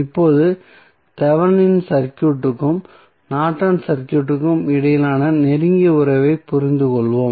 இப்போது தெவெனின் சர்க்யூட்க்கும் நார்டன்ஸ் சர்க்யூட்க்கும் இடையிலான நெருங்கிய உறவைப் புரிந்துகொள்வோம்